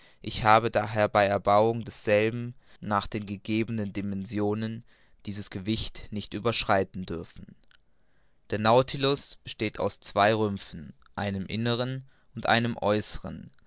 ich habe daher bei erbauung desselben nach den gegebenen dimensionen dieses gewicht nicht überschreiten dürfen der nautilus besteht aus zwei rümpfen einem innern und einem äußern